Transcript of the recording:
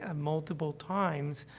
ah multiple times,